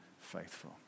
faithful